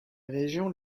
région